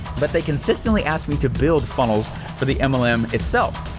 but they consistently ask me to build funnels for the mlm um itself,